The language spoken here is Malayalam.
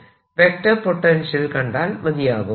ൽ വെക്റ്റർ പൊട്ടൻഷ്യൽ കണ്ടാൽ മതിയാകും